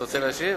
אתה רוצה להשיב?